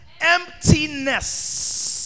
Emptiness